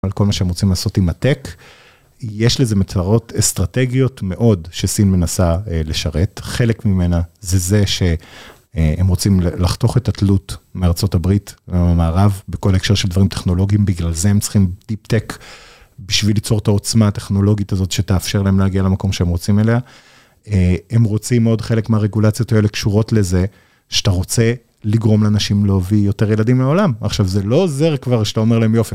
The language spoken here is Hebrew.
על כל מה שהם רוצים לעשות עם הטק, יש לזה מטרות אסטרטגיות מאוד שסין מנסה לשרת, חלק ממנה זה זה שהם רוצים לחתוך את התלות מארה״ב, מהמערב בכל ההקשר של דברים טכנולוגיים, בגלל זה הם צריכים דיפ טק בשביל ליצור את העוצמה הטכנולוגית הזאת, שתאפשר להם להגיע למקום שהם רוצים אליה. הם רוצים, עוד חלק מהרגולציות האלה קשורות לזה, שאתה רוצה לגרום לאנשים להביא יותר ילדים לעולם. עכשיו זה לא עוזר כבר שאתה אומר להם יופי,